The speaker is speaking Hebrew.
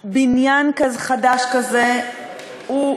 כל בניין חדש כזה הוא,